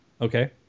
Okay